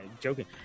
joking